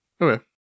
Okay